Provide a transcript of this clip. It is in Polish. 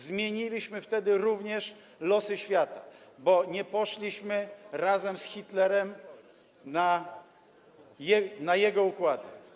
Zmieniliśmy wtedy również losy świata, bo nie poszliśmy razem z Hitlerem na jego układy.